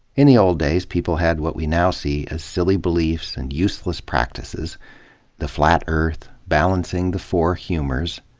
in the old days, people had what we now see as silly beliefs and useless practices the flat earth, balancing the four humors.